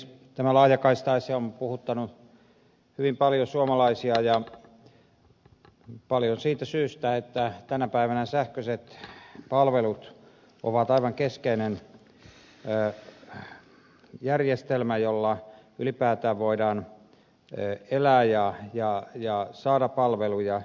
tämä laajakaista asia on puhuttanut hyvin paljon suomalaisia ja paljon siitä syystä että tänä päivänä sähköiset palvelut ovat aivan keskeinen järjestelmä jolla ylipäätään voidaan elää ja saada palveluja